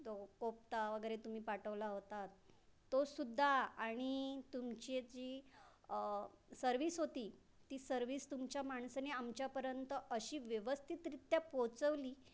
तो कोफ्ता वगैरे तुम्ही पाठवला होतात तोसुद्धा आणि तुमची जी सर्व्हिस होती ती सर्विस तुमच्या माणसानी आमच्यापर्यंत अशी व्यवस्थितरित्या पोचवली